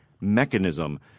mechanism